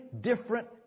different